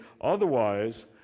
Otherwise